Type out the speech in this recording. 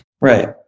Right